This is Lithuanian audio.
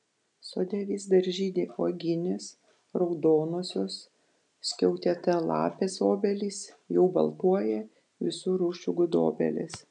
sode vis dar žydi uoginės raudonosios skiautėtalapės obelys jau baltuoja visų rūšių gudobelės